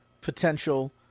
potential